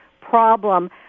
problem